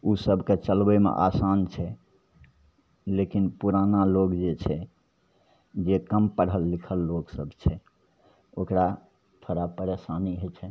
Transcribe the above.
ओसभके चलबैमे आसान छै लेकिन पुराना लोक जे छै जे कम पढ़ल लिखल लोकसभ छै ओकरा थोड़ा परेशानी होइ छै